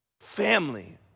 family